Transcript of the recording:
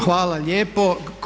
Hvala lijepo.